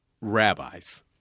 rabbis